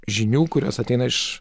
žinių kurios ateina iš